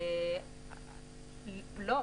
לא.